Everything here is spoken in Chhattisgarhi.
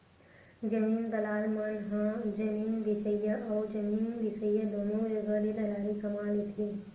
जमीन दलाल मन ह जमीन बेचइया अउ जमीन बिसईया दुनो जघा ले दलाली कमा लेथे